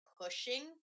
pushing